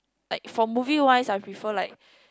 like for movie wise I prefer like